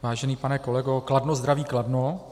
Vážený pane kolego, Kladno zdraví Kladno.